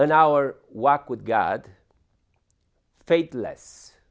and our walk with god fate less